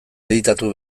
editatu